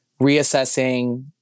reassessing